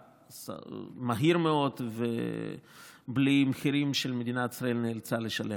מהר מאוד ובלי מחירים שמדינת ישראל נאלצה לשלם.